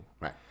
Right